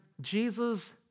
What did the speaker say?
Jesus